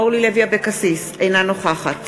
אינה נוכחת